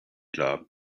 job